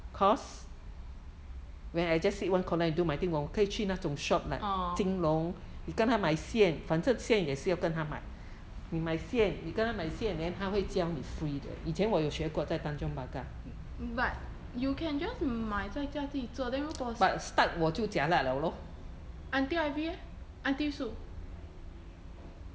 orh but you can just 买在家自己做 then 如果 auntie ivy eh aunty soo